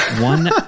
one